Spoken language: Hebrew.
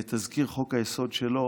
בתזכיר חוק-היסוד שלו